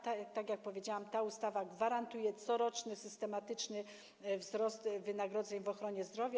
Tak jak powiedziałam, ta ustawa gwarantuje coroczny systematyczny wzrost wynagrodzeń w ochronie zdrowia.